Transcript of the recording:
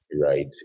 right